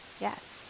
Yes